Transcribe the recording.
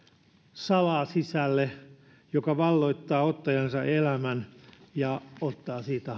salaa sisälle joka valloittaa ottajansa elämän ja ottaa siitä